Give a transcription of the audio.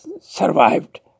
survived